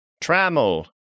Trammel